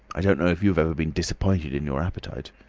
i don't know if you have ever been disappointed in your appetite.